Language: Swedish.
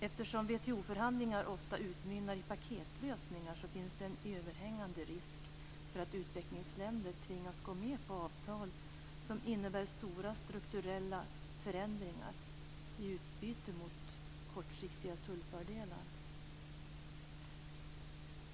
Eftersom WTO-förhandlingar ofta utmynnar i paketlösningar finns det en överhängande risk för att utvecklingsländer tvingas gå med på avtal som innebär stora strukturella förändringar i utbyte mot kortsiktiga tullfördelar.